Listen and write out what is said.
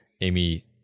Amy